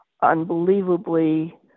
unbelievably